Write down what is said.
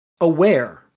aware